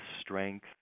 strength